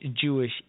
Jewish